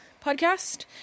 podcast